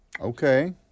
Okay